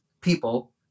people